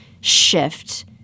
shift